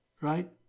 right